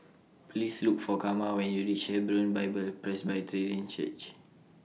Please Look For Karma when YOU REACH Hebron Bible Presbyterian Church